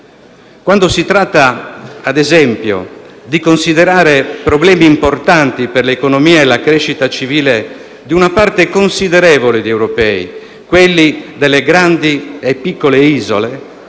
Quando si tratta, ad esempio, di considerare problemi importanti per l'economia e la crescita civile di una parte considerevole di europei, come quelli delle grandi e piccole isole,